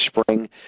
spring